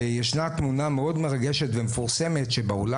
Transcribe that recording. ויש תמונה מאוד מרגשת ומפורסמת מהעולם